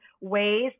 ways